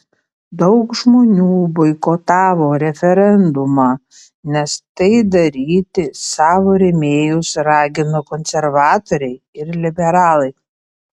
daug žmonių boikotavo referendumą nes tai daryti savo rėmėjus ragino konservatoriai ir liberalai